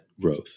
growth